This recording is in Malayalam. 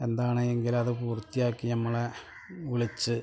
എന്താണ് എങ്കിലത് പൂർത്തിയാക്കി ഞമ്മളെ വിളിച്ച്